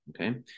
Okay